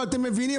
אבל אתם מבינים?